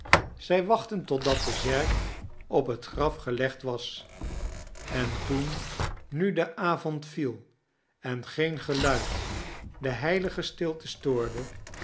zij wachtten totdat de zerk op het graf gelegd was en toen nu de avond viel en geen geluid de heilige stilte stoorde